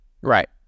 Right